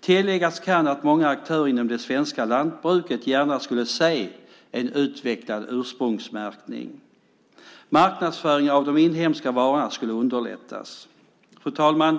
Tilläggas kan att många aktörer inom det svenska lantbruket gärna skulle se en utvecklad ursprungsmärkning. Marknadsföringen av de inhemska varorna skulle underlättas. Fru talman!